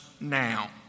now